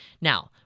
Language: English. Now